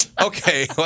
Okay